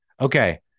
Okay